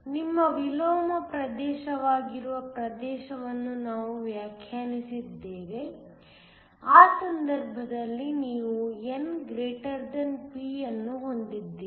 ನಿಮ್ಮ ವಿಲೋಮ ಪ್ರದೇಶವಾಗಿರುವ ಪ್ರದೇಶವನ್ನು ನಾವು ವ್ಯಾಖ್ಯಾನಿಸಿದ್ದೇವೆ ಆ ಸಂದರ್ಭದಲ್ಲಿ ನೀವು n p ಅನ್ನು ಹೊಂದಿದ್ದೀರಿ